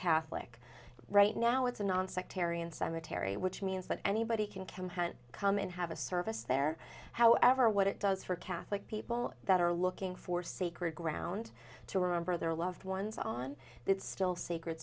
catholic right now it's a nonsectarian cemetery which means that anybody can come hadn't come and have a service there however what it does for catholic people that are looking for sacred ground to remember their loved ones on it's still sacre